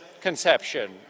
conception